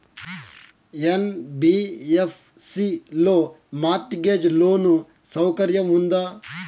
NBFC లో mortgage loan సౌకర్యం ఉందా?